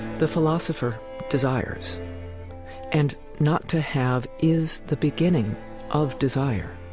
the philosopher desires and not to have is the beginning of desire